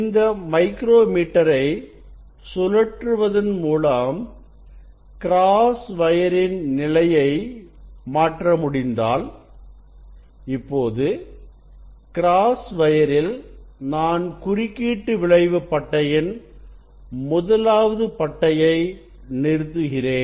இந்த மைக்ரோமீட்டரை சுழற்றுவதன் மூலம் கிராஸ்வயரின் நிலையை மாற்ற முடிந்தால் இப்பொழுது கிராஸ்வயரில் நான் குறுக்கீட்டு விளைவு பட்டையின் முதலாவது பட்டையை நிறுத்துகிறேன்